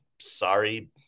Sorry